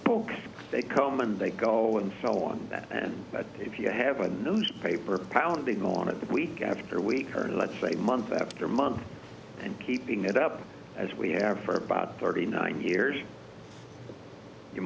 poke they come and they go and so on that and that if you have a newspaper pounding on it the week after week or let's say a month after month and keeping it up as we have for about thirty nine years you